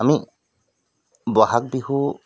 আমি বহাগ বিহু